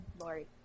Lori